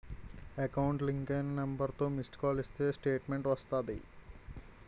account link అయిన నెంబర్తో missed call ఇస్తే స్టేట్మెంటు వస్తాది